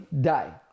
die